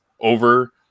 over